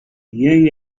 young